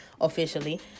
officially